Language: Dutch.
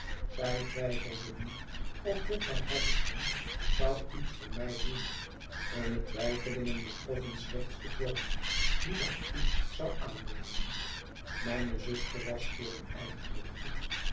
zij twijfelden niet of jufvrouw havisham zou iets voor mij doen hunne twijfelingen betroffen slechts den vorm dien dat iets zou aannemen mijne zuster was voor een